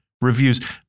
reviews